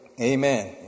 Amen